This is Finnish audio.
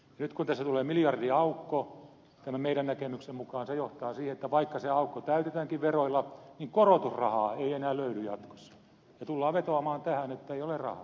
nyt kun tässä tulee miljardin aukko meidän näkemyksemme mukaan se johtaa siihen että vaikka se aukko täytetäänkin veroilla niin korotusrahaa ei enää löydy jatkossa ja tullaan vetoamaan tähän että ei ole rahaa